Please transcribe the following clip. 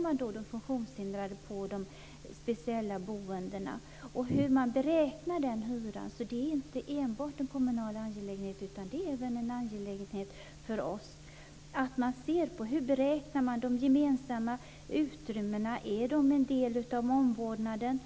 Man har de funktionshindrade i de speciella boendeformerna. Det handlar om hur man beräknar hyran. Det är inte enbart en kommunal angelägenhet utan även en angelägenhet för oss att se hur man beräknar de gemensamma utrymmena. Är de en del av omvårdnaden?